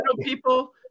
people